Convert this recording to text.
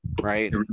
right